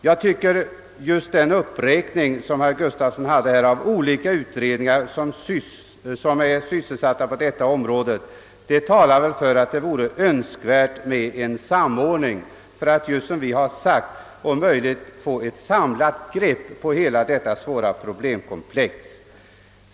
Jag tycker att just den uppräkning som herr Gustafsson gjorde av olika utredningar som är sysselsatta på detta område talar för att en samordning vore önskvärd för att, som vi har sagt, om möjligt få ett samlat grepp om hela detta svåra problemkomplex.